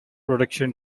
production